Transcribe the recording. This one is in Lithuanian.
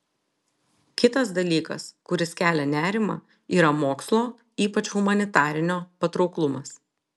kitas dalykas kuris kelia nerimą yra mokslo ypač humanitarinio patrauklumas